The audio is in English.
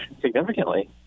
significantly